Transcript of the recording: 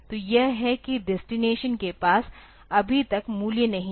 तो यह है कि डेस्टिनेशन के पास अभी तक मूल्य नहीं है